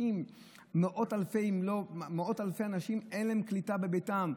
למאות אלפי אנשים אין קליטה בביתם.